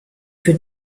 für